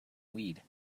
weed